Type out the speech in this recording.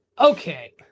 Okay